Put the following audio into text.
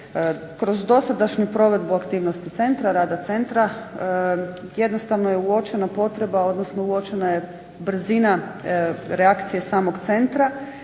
Kroz dosadašnju provedbu aktivnosti rada centra jednostavno je uočena potreba odnosno uočena je brzina reakcije samog centra,